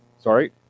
sorry